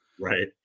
right